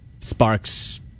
Sparks